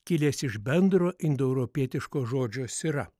kilęs iš bendro indoeuropietiško žodžio sira